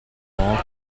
ball